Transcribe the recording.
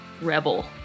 rebel